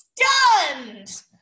stunned